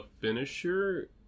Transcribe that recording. finisher